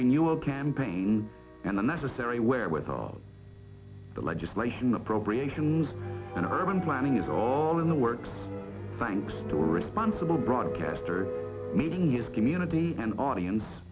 renewal campaign and the necessary where with all the legislation appropriations and urban planning is all in the works thanks to all responsible broadcaster meeting is community and audience